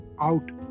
out